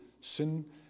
sin